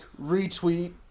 retweet